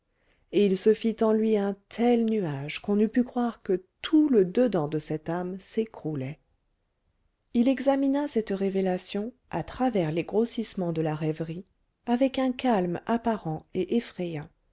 et il se fit en lui un tel nuage qu'on eût pu croire que tout le dedans de cette âme s'écroulait il examina cette révélation à travers les grossissements de la rêverie avec un calme apparent et effrayant